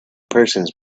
persons